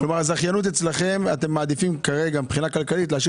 כלומר אתם מעדיפים כרגע מבחינה כלכלית להשאיר